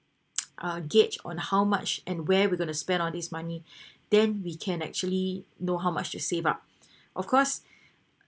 uh gauge on how much and where we're going to spend on this money then we can actually know how much to save up of course